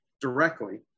directly